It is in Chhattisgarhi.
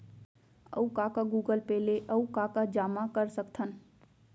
अऊ का का गूगल पे ले अऊ का का जामा कर सकथन?